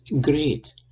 great